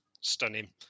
Stunning